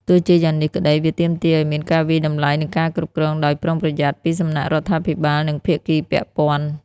ទោះជាយ៉ាងនេះក្តី វាទាមទារឱ្យមានការវាយតម្លៃ និងការគ្រប់គ្រងដោយប្រុងប្រយ័ត្នពីសំណាក់រដ្ឋាភិបាល និងភាគីពាក់ព័ន្ធ។